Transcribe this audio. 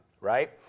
right